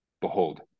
Behold